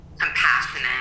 compassionate